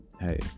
hey